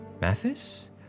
Mathis